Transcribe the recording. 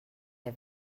der